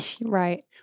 Right